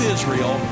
Israel